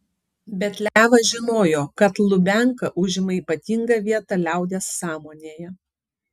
bet levas žinojo kad lubianka užima ypatingą vietą liaudies sąmonėje